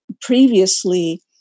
previously